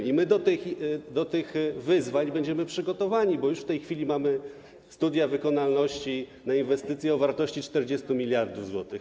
I my do tych wyzwań będziemy przygotowani, bo już w tej chwili mamy studia wykonalności na inwestycje o wartości 40 mld zł.